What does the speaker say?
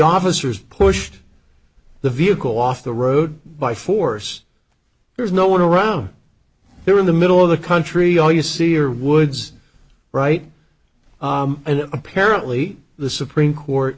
officers pushed the vehicle off the road by force there's no one around there in the middle of the country all you see are woods right and apparently the supreme court